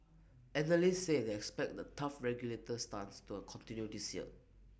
analysts say they expect the tough regulator stance to A continue this year